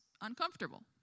uncomfortable